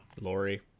Lori